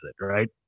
right